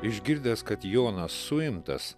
išgirdęs kad jonas suimtas